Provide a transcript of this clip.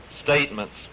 statements